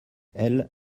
elle